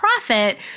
profit